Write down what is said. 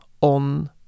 on